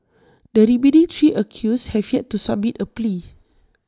the remaining three accused have yet to submit A plea